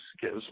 gives